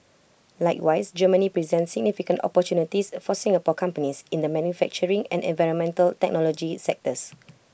likewise Germany presents significant opportunities for Singapore companies in the manufacturing and environmental technology sectors